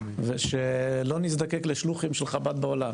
ושלא נזדקק לשלוחים של חב"ד בעולם,